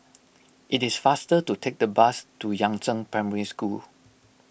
it is faster to take the bus to Yangzheng Primary School